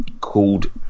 called